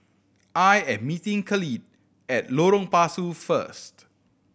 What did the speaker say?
I am meeting Khalid at Lorong Pasu first